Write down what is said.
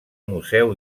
museu